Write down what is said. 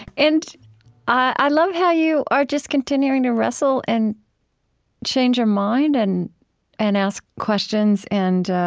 and i love how you are just continuing to wrestle and change your mind and and ask questions, and